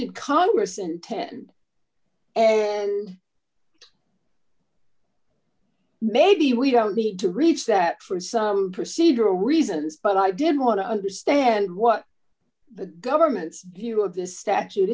did congress and ten and maybe we don't need to reach that for some procedural reasons but i did want to understand what the government's view of the statute